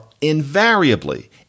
invariably